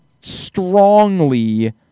strongly